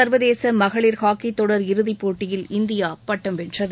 சா்வதேச மகளிர் ஹாக்கி தொடர் இறுதிப் போட்டியில் இந்தியா பட்டம் வென்றது